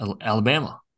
Alabama